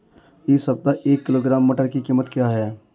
इस सप्ताह एक किलोग्राम मटर की कीमत क्या है?